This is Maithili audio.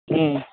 हुँ